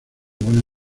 buena